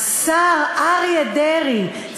השר אריה דרעי,